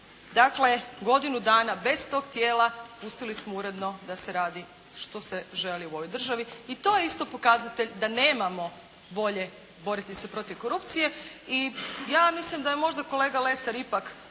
dakle godina dana bez tog tijela pustili smo uredno da se radi što se želi u ovoj državi i to je isto pokazatelj da nemamo volje boriti se protiv korupcije i ja mislim da je možda kolega Lesar ipak